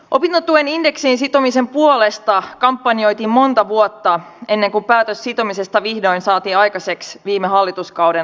opintotuen indeksiin sitomisen puolesta kampanjoitiin monta vuotta ennen kuin päätös sitomisesta vihdoin saatiin aikaiseksi viime hallituskauden loppupuolella